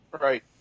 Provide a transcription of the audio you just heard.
Right